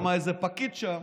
כי איזה פקיד שם